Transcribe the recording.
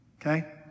Okay